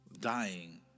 dying